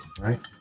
right